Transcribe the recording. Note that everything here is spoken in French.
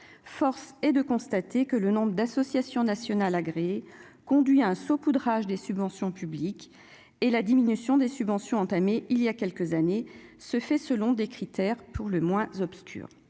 force est de constater que le nombre d'associations nationales agréées, conduit à un saupoudrage des subventions publiques et la diminution des subventions entamé il y a quelques années, se fait selon des critères pour le moins obscures